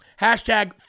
Hashtag